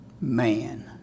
Man